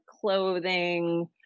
clothing